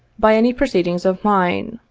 by any proceedings of mine.